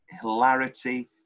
hilarity